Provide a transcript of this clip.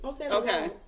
Okay